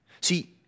See